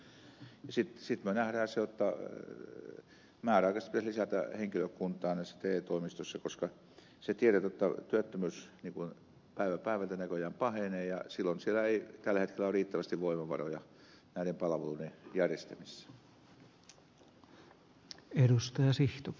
sitten näemme sen jotta määräaikaisesti pitäisi lisää henkilökuntaa näissä te toimistoissa koska se tiedetään jotta työttömyys päivä päivältä näköjään pahenee ja silloin siellä ei tällä hetkellä ole riittävästi voimavaroja näiden palveluiden järjestämisessä